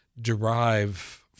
derive